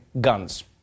guns